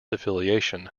affiliation